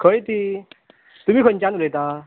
खंय ती तुमी खंन्चान उलयता